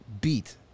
beat